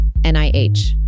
NIH